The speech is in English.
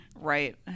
Right